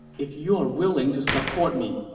if you are willing to support me,